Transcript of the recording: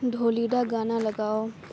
ڈھولیڈا گانا لگاؤ